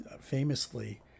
famously